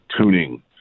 tuning